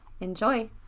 enjoy